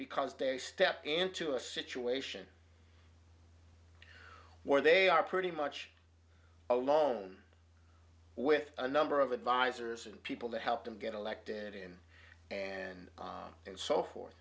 because they step into a situation where they are pretty much alone with a number of advisors and people that help them get elected in and and so forth